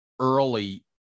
early